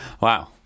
wow